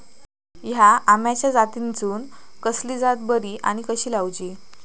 हया आम्याच्या जातीनिसून कसली जात बरी आनी कशी लाऊची?